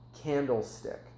candlestick